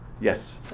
Yes